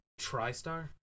Tristar